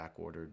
backordered